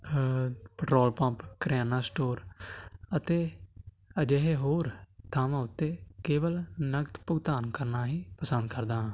petrol pump ਕਰਿਆਨਾ store ਅਤੇ ਅਜਿਹੇ ਹੋਰ ਥਾਵਾਂ ਉੱਤੇ ਕੇਵਲ ਨਗਦ ਭੁਗਤਾਨ ਕਰਨਾ ਹੀ ਪਸੰਦ ਕਰਦਾ ਹਾਂ